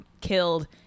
killed